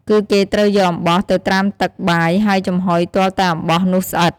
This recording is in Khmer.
គឺគេត្រូវយកអំបោះទៅត្រាំទឹកបាយហើយចំហុយទាល់តែអំបោះនោះស្អិត។